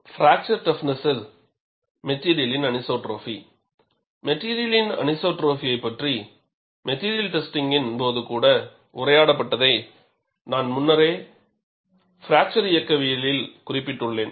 fracture டஃப்னஸில் மெட்டிரியலின் anisotropy மெட்டிரியலின் அனிசோட்ரோபியை பற்றி மெட்டிரியல் டெஸ்டிங்கின் போது கூட உரையாடப்பட்டதை நான் முன்னரே ஃப்பிராக்சர் இயக்கவியலில் குறிப்பிட்டுள்ளேன்